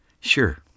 Sure